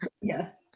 yes